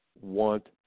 want